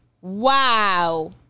Wow